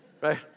Right